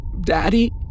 Daddy